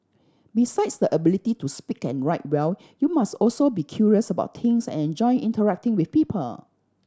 besides the ability to speak and write well you must also be curious about things and enjoy interacting with people